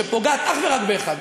שפוגעת אך ורק באחד,